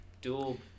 dual